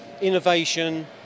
innovation